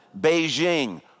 Beijing